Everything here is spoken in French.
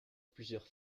plusieurs